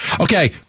okay